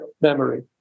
memory